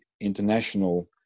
international